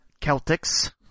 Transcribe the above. Celtics